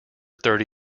thirty